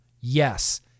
Yes